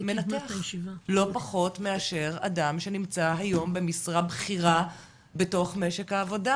לא פחות מאשר אדם שנמצא היום במשרה בכירה בתוך משק העבודה,